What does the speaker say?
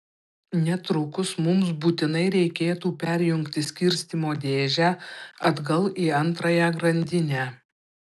netrukus mums būtinai reikėtų perjungti skirstymo dėžę atgal į antrąją grandinę